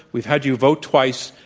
we've had you vote twice.